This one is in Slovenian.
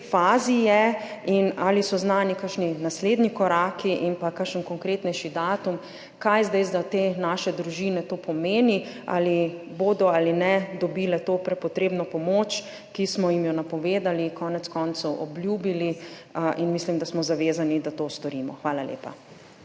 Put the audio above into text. fazi je? Ali so znani kakšni naslednji koraki in kakšen konkretnejši datum? Kaj zdaj za te naše družine to pomeni, ali bodo dobile to prepotrebno pomoč, ki smo jim jo napovedali, konec koncev obljubili, ali ne? Mislim, da smo zavezani, da to storimo. Hvala lepa.